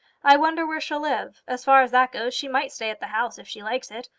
i wonder where she'll live. as far as that goes, she might stay at the house, if she likes it.